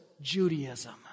Judaism